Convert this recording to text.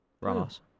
Ramos